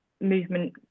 movement